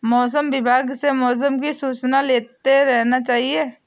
मौसम विभाग से मौसम की सूचना लेते रहना चाहिये?